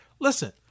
Listen